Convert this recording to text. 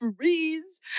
freeze